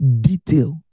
detail